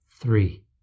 Three